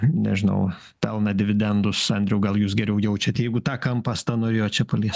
nežinau pelną dividendus andriau gal jūs geriau jaučiat jeigu tą kampą asta norėjo čia paliest